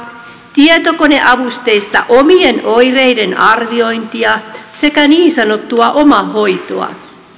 tietokoneavusteista omien oireiden arviointia sekä niin sanottua omahoitoa